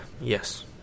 Yes